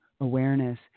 awareness